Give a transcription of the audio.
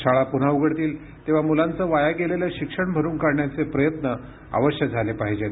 शाळा पुन्हा उघडतील तेव्हा मुलांचं वाया गेलेलं शिक्षण भरुन काढण्याचे प्रयत्न अवश्य झाले पाहिजेत